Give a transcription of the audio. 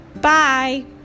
Bye